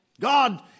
God